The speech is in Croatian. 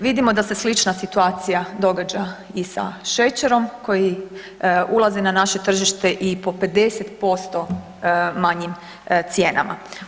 Vidimo da se slična situacija događa i sa šećerom koji ulazi na naše tržište i po 50% manjim cijenama.